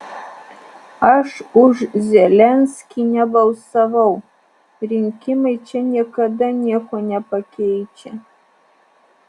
aš už zelenskį nebalsavau rinkimai čia niekada nieko nepakeičia